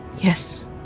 yes